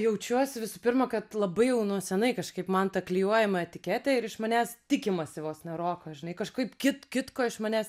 jaučiuosi visų pirma kad labai jau nuo senai kažkaip man ta klijuojama etiketė ir iš manęs tikimasi vos ne roko žinai kažkaip kit kitko iš manęs